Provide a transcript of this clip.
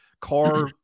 car